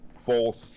false